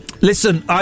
Listen